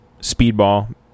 speedball